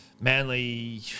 Manly